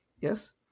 yes